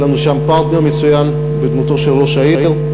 היה לנו שם פרטנר מצוין בדמותו של ראש העיר.